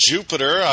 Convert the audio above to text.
Jupiter